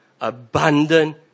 abundant